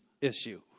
issue